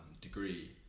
degree